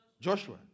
Joshua